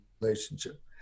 relationship